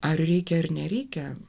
ar reikia ir nereikia